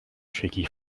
shaky